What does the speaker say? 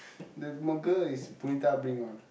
the smoker is Punitha bring one